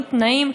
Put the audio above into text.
עם תנאים.